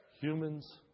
humans